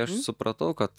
aš supratau kad